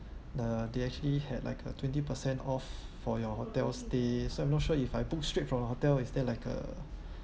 the they actually had like a twenty percent off for your hotel stay so I'm not sure if I book straight from your hotel is there like a